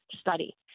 study